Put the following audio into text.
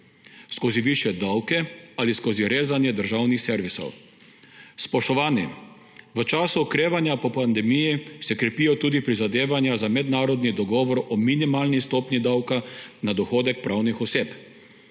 skozi višje davke ali skozi rezanje državnih servisov. Spoštovani, v času okrevanja po pandemiji se krepijo tudi prizadevanja za mednarodni dogovor o minimalni stopnji davka na dohodek pravnih oseb.